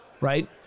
right